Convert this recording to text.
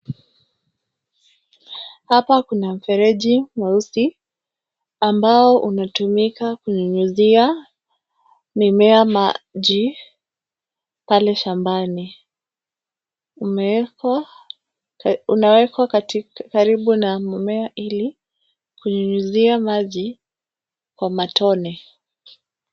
Hapa kuna mfereji mweusi, ambao umetumika kunyunyizia mmea maji pale shambani. Unawekwa karibu na mmea ili kunyunyizia maji kwa matone.